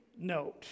note